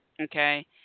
okay